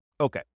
Okay